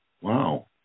Wow